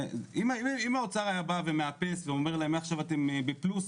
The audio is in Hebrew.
אם האוצר היה בא ומאפס ואומר להם מעכשיו אתם בפלוס,